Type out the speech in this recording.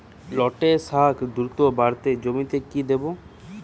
লটে শাখ দ্রুত বাড়াতে জমিতে কি দেবো?